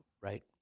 right